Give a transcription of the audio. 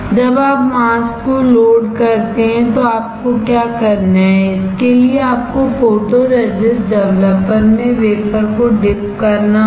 जब आप मास्क को लोड करते हैं तो आपको क्या करना है इसके लिए आपको फोटोरेसिस्ट डेवलपर में वेफरको डिपकरना होगा